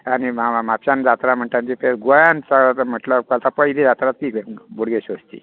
आनी म्हापशान जात्रा म्हणटात ती गोंयांत म्हटल्यार जाता ती पयली जात्रा ती बोडगेश्वराची